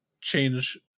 change